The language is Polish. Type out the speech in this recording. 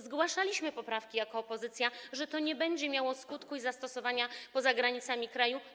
Zgłaszaliśmy poprawki jako opozycja, że to nie będzie miało skutku i zastosowania poza granicami kraju.